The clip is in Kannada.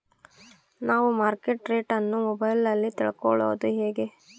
ನಾವು ಮಾರ್ಕೆಟ್ ರೇಟ್ ಅನ್ನು ಮೊಬೈಲಲ್ಲಿ ತಿಳ್ಕಳೋದು ಹೇಗೆ?